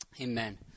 Amen